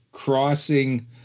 Crossing